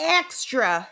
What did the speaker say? extra